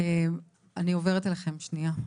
אני עוברת אליכם, שנייה.